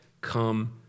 come